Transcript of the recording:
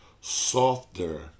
softer